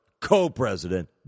co-president